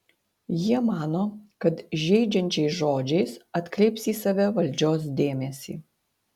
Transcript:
jie mano kad žeidžiančiais žodžiais atkreips į save valdžios dėmesį